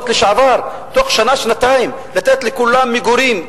לשעבר בתוך שנה-שנתיים ולתת לכולם מגורים,